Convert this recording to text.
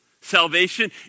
Salvation